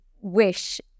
wish